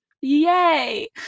Yay